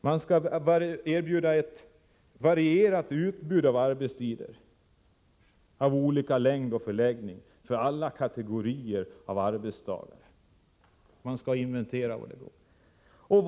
Man skall erbjuda ett varierat utbud av arbetstider av olika längd och förläggning för alla kategorier av arbetstagare, och man skall inventera möjligheterna.